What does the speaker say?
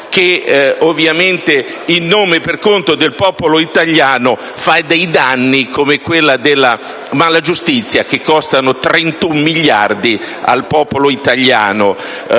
che, in nome e per conto del popolo italiano, fa danni, come quello della malagiustizia, che costano 31 miliardi al popolo italiano